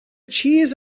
cheese